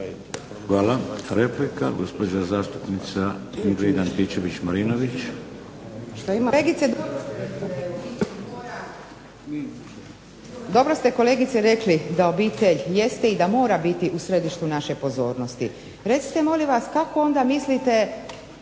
Hvala. Replika, gospođa zastupnica Ingrid Antičević Marinović.